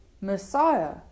Messiah